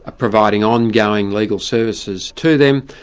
ah providing ongoing legal services to them,